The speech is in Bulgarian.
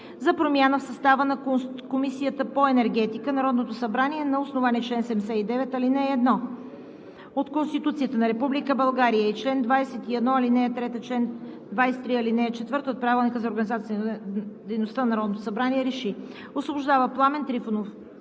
за промяна в състава на Комисията по енергетика Народното събрание на основание чл. 79, ал. 1 от Конституцията на Република България и чл. 21, ал. 3 и чл. 23, ал. 4 от Правилника за организацията и дейността на Народното събрание РЕШИ: 1. Освобождава Пламен Трифонов